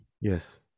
Yes